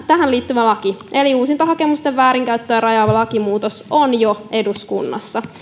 tähän liittyvä laki eli uusintahakemuksen väärinkäyttöä rajaava lakimuutos on jo eduskunnassa